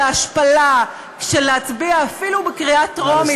ההשפלה של להצביע אפילו בקריאה טרומית,